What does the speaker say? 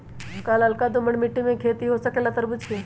का लालका दोमर मिट्टी में खेती हो सकेला तरबूज के?